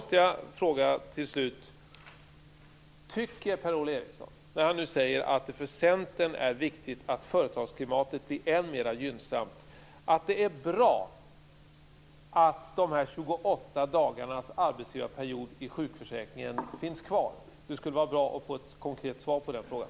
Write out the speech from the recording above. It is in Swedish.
Tycker Per-Ola Eriksson, när han säger att det för Centern är viktigt att företagsklimatet blir än mer gynnsamt, att det är bra att de 28 dagarna i arbetsgivarperioden i sjukförsäkringen finns kvar? Det skulle vara bra att få ett konkret svar på den frågan.